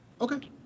Okay